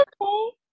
okay